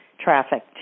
traffic